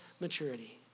maturity